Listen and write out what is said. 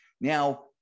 Now